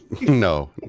No